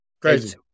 Crazy